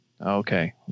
Okay